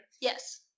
Yes